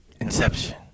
Inception